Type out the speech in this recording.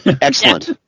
Excellent